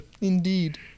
Indeed